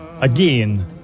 again